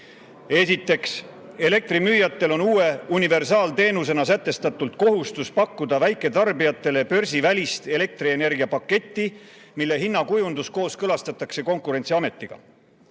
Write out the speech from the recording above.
Esiteks, elektrimüüjatel on uue universaalteenusena sätestatult kohustus pakkuda väiketarbijatele börsivälist elektrienergia paketti, mille hinnakujundus kooskõlastatakse Konkurentsiametiga.